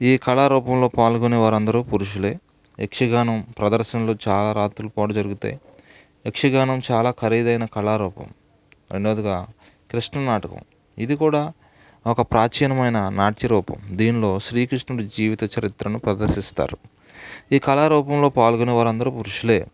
ఈ కళారూపంలో పాల్గొనే వారందరు పురుషులే యక్షి గానం ప్రదర్శనలు చాల రాత్రులు పాటు జరుగుతాయి యక్ష గానం చాలా ఖరీదైన కళారూపం రెండవదిగా కృష్ణ నాటకం ఇది కూడా ఒక ప్రాచీనమైన నాట్య రూపం దీనిలో శ్రీకృష్ణుని జీవిత చరిత్రను ప్రదర్శిస్తారు ఈ కల రూపంలో పాల్గొనే వారందరు పురుషులే